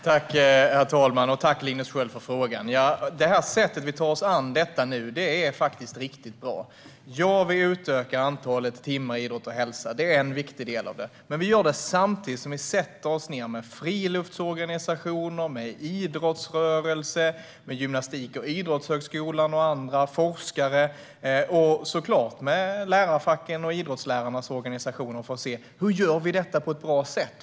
Herr talman! Tack, Linus Sköld, för frågan! Det sätt som vi tar oss an detta på nu är riktigt bra. Ja, vi utökar antalet timmar i idrott och hälsa. Det är en viktig del av det hela. Men vi gör det samtidigt som vi sätter oss ned med friluftsorganisationer, med idrottsrörelsen, med Gymnastik och idrottshögskolan och andra skolor, med forskare och, såklart, med lärarfacken och idrottslärarnas organisationer för att se hur vi ska göra detta på ett bra sätt.